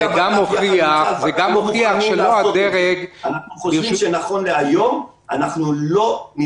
זה גם מוכיח שלא הדרג --- אני לא אומר